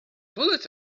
bullets